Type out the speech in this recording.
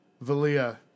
Valia